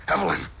Evelyn